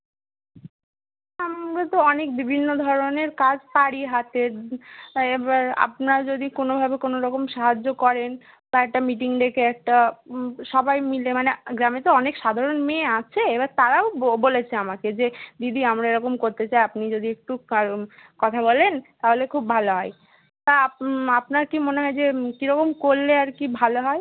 আমরা তো অনেক বিভিন্ন ধরনের কাজ পারি হাতের এবার আপনারা যদি কোনোভাবে কোনো রকম সাহায্য করেন বা একটা মিটিং ডেকে একটা সবাই মিলে মানে গ্রামে তো অনেক সাধারণ মেয়ে আছে এবার তারাও বো বলেছে আমাকে যে দিদি আমরা এরকম করতে চাই আপনি যদি একটু কা কথা বলেন তাহলে খুব ভালো হয় বা আপ আপনার কী মনে হয় যে কীরকম করলে আর কি ভালো হয়